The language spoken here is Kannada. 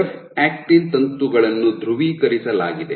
ಎಫ್ ಆಕ್ಟಿನ್ ತಂತುಗಳನ್ನು ಧ್ರುವೀಕರಿಸಲಾಗಿದೆ